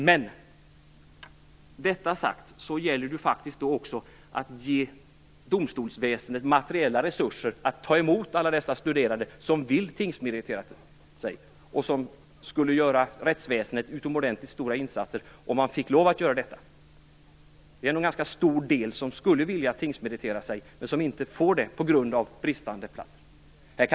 Med detta sagt gäller det faktiskt också att ge domstolsväsendet materiella resurser att ta emot alla dessa studerande som vill tingsmeritera sig och som skulle göra utomordentligt stora insatser i rättsväsendet om de fick lov att göra detta. Det är nog en ganska stor del som skulle vilja tingsmeritera sig, men som inte får det på grund av bristande plats.